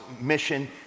mission